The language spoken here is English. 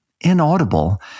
inaudible